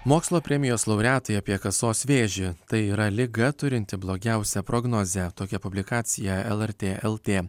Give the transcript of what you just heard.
mokslo premijos laureatai apie kasos vėžį tai yra liga turinti blogiausią prognozę tokia publikacija lrt lt